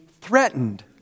threatened